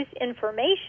information